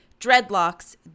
dreadlocks